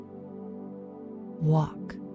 walk